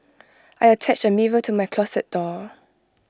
I attached A mirror to my closet door